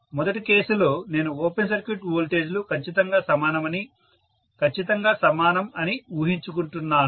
మొదటి కేసులో నేను ఓపెన్ సర్క్యూట్ వోల్టేజ్ లు ఖచ్చితంగా సమానమని ఖచ్చితంగా సమానం అని ఊహించుకుంటున్నాను